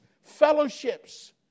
fellowships